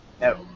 No